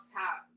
top